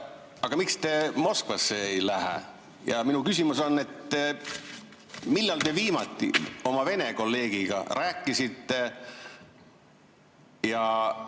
et miks te Moskvasse ei lähe, ja minu küsimus on, et millal te viimati oma Vene kolleegiga rääkisite.